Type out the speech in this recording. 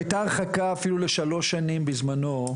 היתה הרחקה אפילו לשלוש שנים בזמנו,